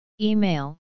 Email